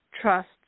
trust